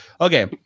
Okay